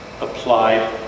applied